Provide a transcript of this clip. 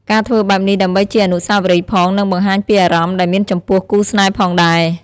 ការធ្វើបែបនេះដើម្បីជាអនុស្សាវរីយ៍ផងនិងបង្ហាញពីអារម្មណ៍ ដែលមានចំពោះគូរស្នេហ៍ផងដែរ។